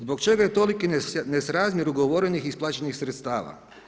Zbog čega je toliki nesrazmjer ugovorenih i isplaćenih sredstava?